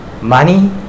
money